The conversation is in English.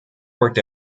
worked